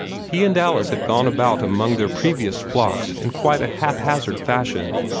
he and alice had gone about among their previous flocks in quite a haphazard fashion,